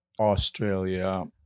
Australia